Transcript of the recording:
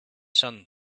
sun